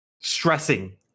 stressing